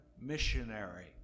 missionary